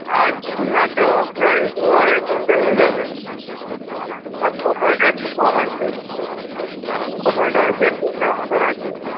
আর ঝিঙ্গাটাও প্রায় দু আড়াই কুইন্টাল হয়ে যাবে আর পটলটা একটু কম আছে পটলটা দেড় কুইন্টালের মতো আছে